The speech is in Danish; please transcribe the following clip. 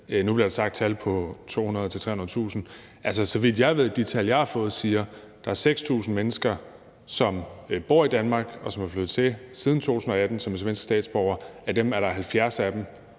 Nu blev der sagt et tal på 200.000-300.000. Så vidt jeg ved fra de tal, jeg har fået, er der 6.000 mennesker, som bor i Danmark, og som er flyttet hertil siden 2018, som er svenske statsborgere, og af dem kommer 70 fra